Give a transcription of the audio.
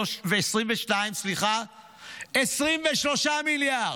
2022, 23 מיליארד,